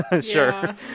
sure